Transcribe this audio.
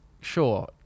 sure